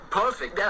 perfect